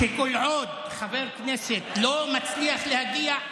שכל עוד חבר כנסת לא מצליח להגיע,